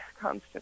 constant